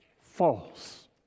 false